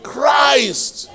Christ